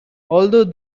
although